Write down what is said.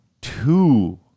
two